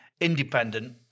independent